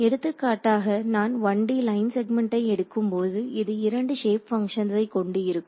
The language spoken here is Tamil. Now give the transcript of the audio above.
எடுத்துக்காட்டாக நான் 1D லைன் செக்மெண்ட்டை எடுக்கும்போது இது இரண்டு ஷேப் ஃபங்ஷன்ஸை கொண்டு இருக்கும்